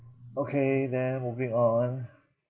okay then moving on